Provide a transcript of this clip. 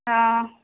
ஆ ஆ